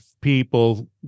people